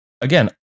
again